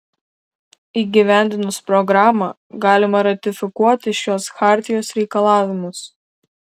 įgyvendinus programą galima ratifikuoti šiuos chartijos reikalavimus